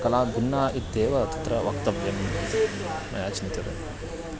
कला भिन्ना इत्येव तत्र वक्तव्यम् इति मया चिन्त्यते